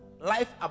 life